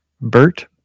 Bert